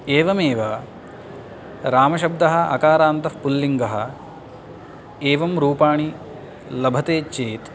एवमेव रामशब्दः अकारान्तः पुल्लिङ्गः एवं रूपाणि लभते चेत्